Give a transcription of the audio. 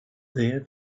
there